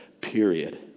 period